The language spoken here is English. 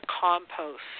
compost